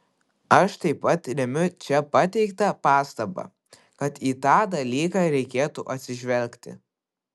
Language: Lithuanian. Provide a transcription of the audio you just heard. aš taip pat remiu čia pateiktą pastabą kad į tą dalyką reikėtų atsižvelgti